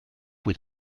with